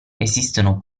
esistono